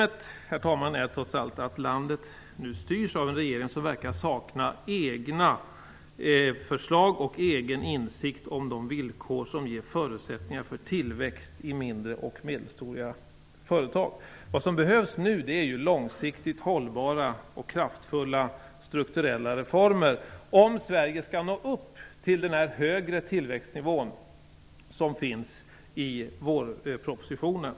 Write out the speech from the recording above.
Grundproblemet är trots allt att landet nu styrs av en regering som verkar sakna egna förslag och egen insikt om de villkor som ger förutsättningar för tillväxt i mindre och medelstora företag. Nu behövs långsiktigt hållbara och kraftfulla strukturella reformer om Sverige skall nå upp till den högre tillväxtnivå som finns omtalad i vårpropositionen.